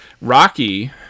Rocky